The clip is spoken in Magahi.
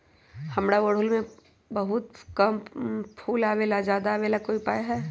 हमारा ओरहुल में बहुत कम फूल आवेला ज्यादा वाले के कोइ उपाय हैं?